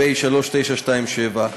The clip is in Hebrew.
פ/3927/20,